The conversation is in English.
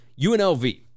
UNLV